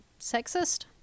sexist